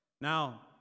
Now